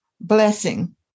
blessing